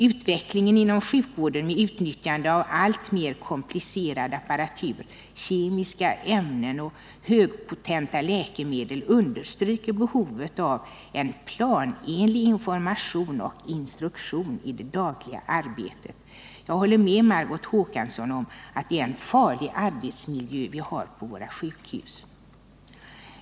Utvecklingen inom sjukvården, med utnyttjande av alltmer komplicerad apparatur, kemiska ämnen och högpotenta läkemedel, understryker behovet av en planenlig information och instruktion i det dagliga arbetet. Jag håller med Margot Håkansson om att arbetsmiljön på våra sjukhus kan vara farlig.